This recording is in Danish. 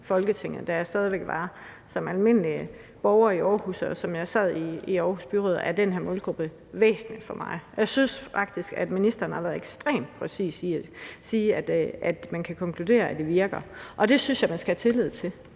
Folketinget. Også da jeg stadig væk var almindelig borger i Aarhus og sad i Aarhus Byråd, var den her målgruppe væsentlig for mig. Og jeg synes faktisk, at ministeren har været ekstremt præcis med at sige, at man kan konkludere, at det virker, og det synes jeg man skal have tillid til.